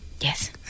yes